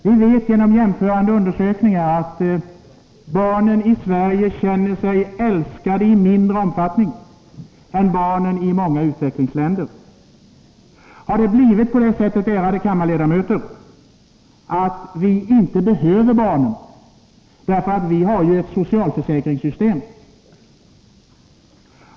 Vi vet genom jämförande undersökningar att barnen i Sverige känner sig älskade i mindre omfattning än barnen i många utvecklingsländer. Har det blivit på det sättet, ärade kammarledamöter, att vi inte behöver barn, eftersom vi har ett socialförsäkringssystem?